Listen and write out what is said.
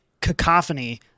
cacophony